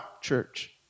church